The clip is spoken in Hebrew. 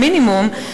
המינימום,